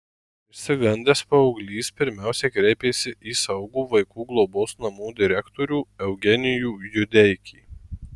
išsigandęs paauglys pirmiausiai kreipėsi į saugų vaikų globos namų direktorių eugenijų judeikį